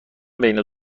بین